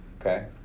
okay